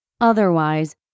Otherwise